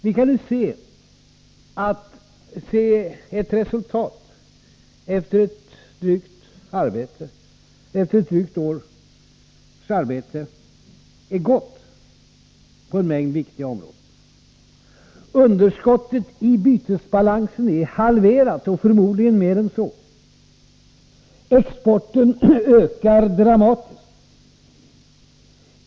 Vi kan nu se att resultatet efter ett drygt år är gott på en mängd viktiga områden. Underskottet i bytesbalansen är halverat — förmodligen mer än så. Exporten ökar dramatiskt.